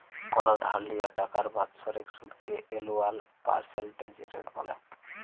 call ধার লিয়া টাকার বাৎসরিক সুদকে এলুয়াল পার্সেলটেজ রেট ব্যলে